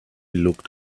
looked